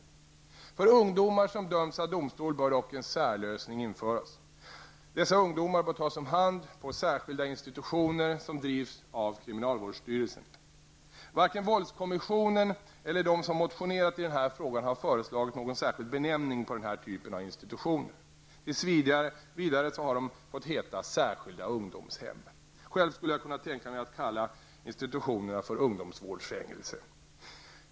För ungdomar som dömts av domstol bör dock en särlösning införas. Dessa ungdomar bör tas om hand på särskilda institutioner som drivs av kriminalvårdsstyrelsen. Varken våldskommissionen eller de som motionerat i den här frågan har föreslagit någon särskild benämning på denna typ av institutioner. Tills vidare har de fått heta ''särskilda ungdomshem''. Själv skulle jag kunna tänka mig att kalla dessa institutioner för ungdomsvårdsfängelse.